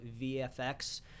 VFX